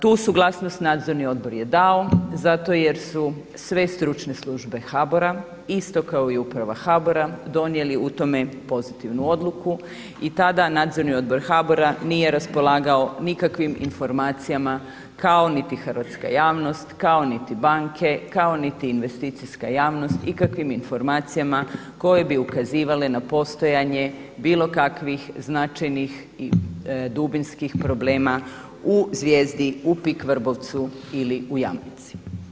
Tu suglasnost nadzorni odbor je dao, zato jer su sve stručne službe HBOR-a isto kao i Uprava HBOR-a donijeli u tome pozitivnu odluku i tada Nadzorni odbor HBOR-a nije raspolagao nikakvim informacijama kao niti hrvatska javnost, kao niti banke, kao niti investicijska javnost ikakvim informacijama koje bi ukazivale na postojanje bilo kakvih značajnih i dubinskih problema u Zvijezdi, u PIK Vrbovcu ili u Jamnici.